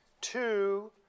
two